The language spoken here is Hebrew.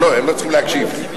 הם לא צריכים להקשיב.